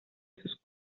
sus